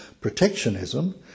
protectionism